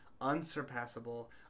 Unsurpassable